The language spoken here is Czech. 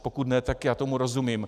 Pokud ne, tak já tomu rozumím.